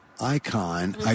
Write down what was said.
icon